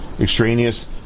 extraneous